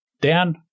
Dan